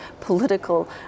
political